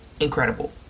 Incredible